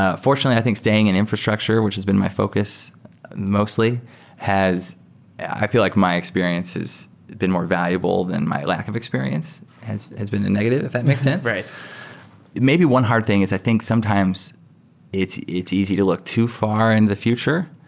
ah fortunately, i think staying in infrastructure which has been my focus mostly has i feel like my experience has been more valuable than my lack of experience has has been the negative, if that makes sense right maybe one hard thing is i think sometimes it's it's easy to look too far into and the future.